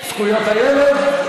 זכויות הילד.